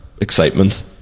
excitement